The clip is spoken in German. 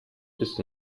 ist